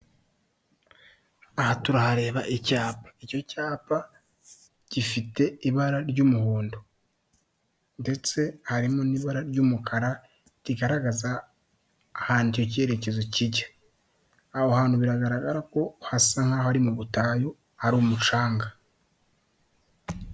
Aba ni abantu batatu bari ahantu hamwe mu nzu isize amabara y'umuhondo barakeye cyane yiganjemo abagabo babiri n'umugore umwe wambaye ikanzu y'umukara n'amadarubindi imbere ye hateretse agacupa k'amazi.